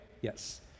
Yes